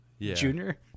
Junior